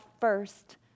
first